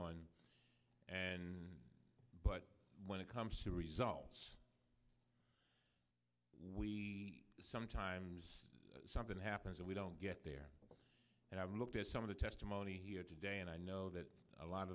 on and but when it comes to results we sometimes something happens and we don't get there and i've looked at some of the testimony here today and i know that a lot